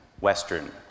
Western